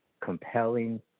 compelling